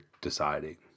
deciding